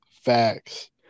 facts